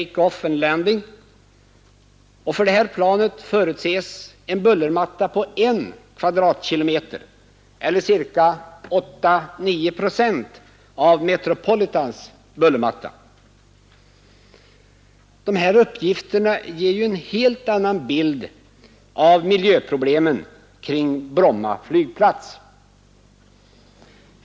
För detta plan förutses en bullermatta på 1 kvadratkilometer eller 8—9 procent av Convair Metropolitans bullermatta. De här uppgifterna ger ju en helt annan bild av miljöproblemen kring Bromma flygplats.